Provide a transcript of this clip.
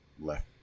left